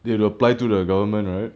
they have to apply through the government right